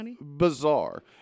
bizarre